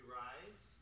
rise